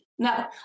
No